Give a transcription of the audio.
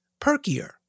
perkier